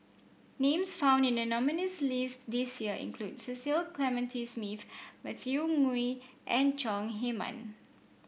names found in the nominees' list this year include Cecil Clementi Smith Matthew Ngui and Chong Heman